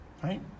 right